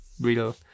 real